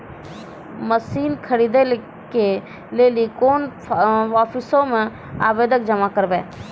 Machine खरीदै के लेली कोन आफिसों मे आवेदन जमा करवै?